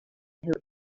who